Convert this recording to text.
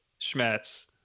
Schmetz